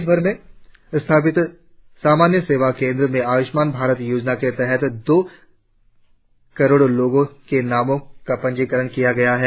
देशभर में स्थापित सामान्य सेवा केंद्रों में आयुष्मान भारत योजना के तहत दो करोड़ लोगों के नामों का पंजीकरण किया गया है